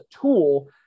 tool